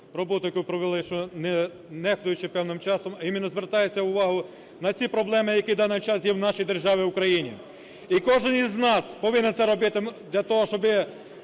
роботу яку провели, що не нехтуючи певним часом, а іменно звертається увагу на ці проблеми, які в даний час є в нашій державі Україна. І кожен із нас повинен це робити для того, щоби